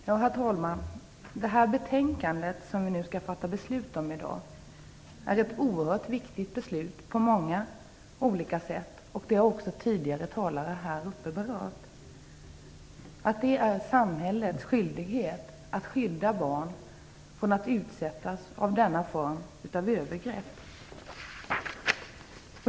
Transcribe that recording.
Herr talman! Det betänkande som vi i dag skall fatta beslut om är oerhört viktigt på många olika sätt. Det har också tidigare talare berört. Det är samhällets skyldighet att skydda barn från att utsättas för denna form av övergrepp.